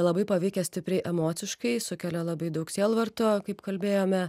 labai paveikia stipriai emociškai sukelia labai daug sielvarto kaip kalbėjome